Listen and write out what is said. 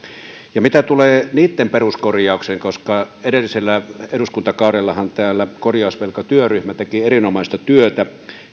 mitä tulee niitten peruskorjaukseen edellisellä eduskuntakaudellahan täällä korjausvelkatyöryhmä teki erinomaista työtä